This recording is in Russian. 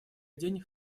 день